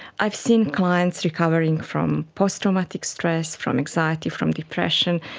i've seen clients recovering from post-traumatic stress, from anxiety, from depression.